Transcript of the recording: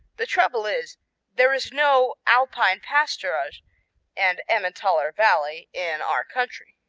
the trouble is there is no alpine pasturage and emmentaler valley in our country.